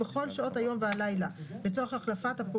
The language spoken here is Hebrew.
(1) בסעיף קטן (א) במקום "לתוספת בשיעור